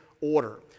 order